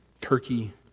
Turkey